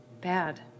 bad